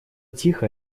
тихо